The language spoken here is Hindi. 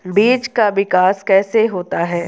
बीज का विकास कैसे होता है?